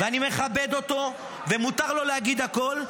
ואני מכבד אותו ומותר לו להגיד הכול,